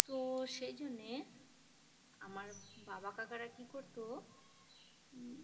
তো সেই জন্যে আমার বাবা কাকারা কী করতো